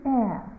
air